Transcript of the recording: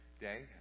Day